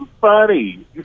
funny